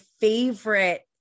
favorite